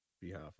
behalf